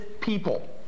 people